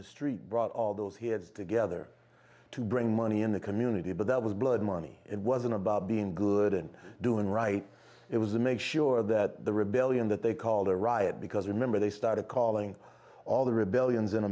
the street brought all those heroes together to bring money in the community but that was blood money it wasn't about being good and doing right it was the make sure that the rebellion that they called a riot because remember they started calling all the rebellion